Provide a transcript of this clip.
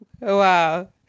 Wow